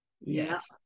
yes